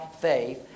faith